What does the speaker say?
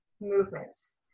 movements